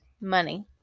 money